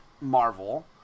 Marvel